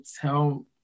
tell